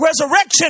resurrection